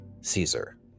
Caesar